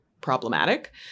problematic